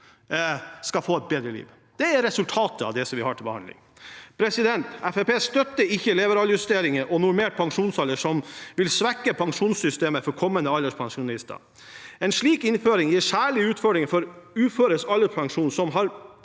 skal få et bedre liv. Det er resultatet av det vi har til behandling. Fremskrittspartiet støtter ikke levealdersjustering og normert pensjonsalder, som vil svekke pensjonssystemet for kommende alderspensjonister. En slik innføring gir særlig utfordringer for alderspensjonen til